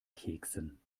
keksen